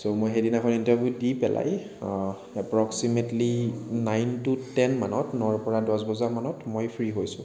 চ' মই সেইদিনাখন ইণ্টাৰভিউ দি পেলাই এপ্ৰক্সিমেটলি নাইন টু টেন মানত নৰ পৰা দহ বজাৰমানত মই ফ্ৰী হৈছোঁ